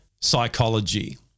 psychology